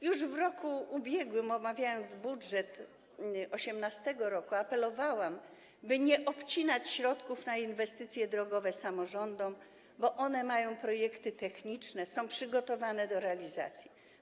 Już w roku ubiegłym, omawiając budżet 2018 r., apelowałam, by nie obcinać środków na inwestycje drogowe samorządom, bo one mają projekty techniczne, są przygotowane do realizacji.